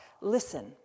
listen